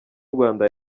rwanda